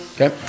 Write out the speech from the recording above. Okay